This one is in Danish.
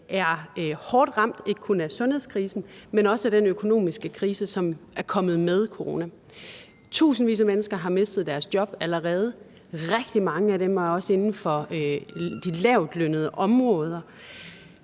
er hårdt ramt, ikke kun af sundhedskrisen, men også af den økonomiske krise, som er kommet med coronaen. Tusindvis af mennesker har allerede mistet deres job, og rigtig mange af dem er også inden for de lavtlønnede områder,